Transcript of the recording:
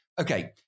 Okay